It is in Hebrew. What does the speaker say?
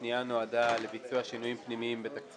הפנייה התקציבית נועדה לתגבור סעיף 01,